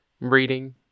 Reading